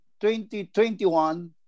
2021